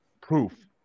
proof